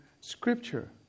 scripture